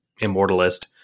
immortalist